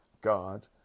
God